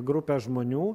grupę žmonių